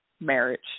marriage